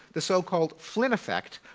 the so-called flynn effect,